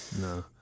No